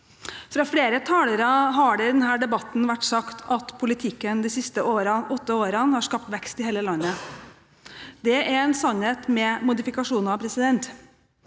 Fra flere tale- re har det i denne debatten vært sagt at politikken de siste åtte årene har skapt vekst i hele landet. Det er en sannhet med modifikasjoner. I mitt